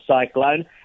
cyclone